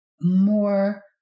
more